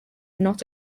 not